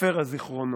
ספר הזיכרונות.